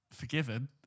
Forgiven